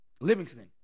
Livingston